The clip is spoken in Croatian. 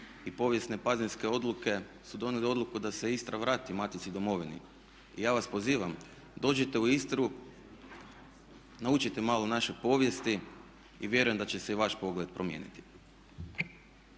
i povijesne pazinske odluke su donijeli odluku da se Istra vrati matici domovini. I ja vas pozivam dođite u Istru, naučite malo naše povijesti i vjerujem da će se i vaš pogleda promijeniti.